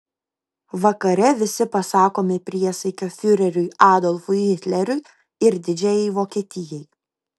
vakare visi pasakome priesaiką fiureriui adolfui hitleriui ir didžiajai vokietijai